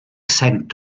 sent